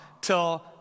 till